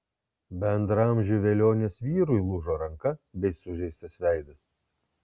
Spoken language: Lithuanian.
bendraamžiui velionės vyrui lūžo ranka bei sužeistas veidas